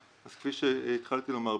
אז כפי שהתחלתי לומר,